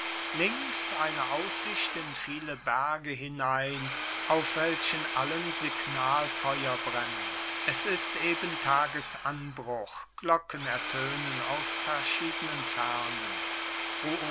eine aussicht in viele berge hinein auf welchen allen signalfeuer brennen es ist eben tagesanbruch glocken ertönen aus verschiedenen fernen